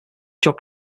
job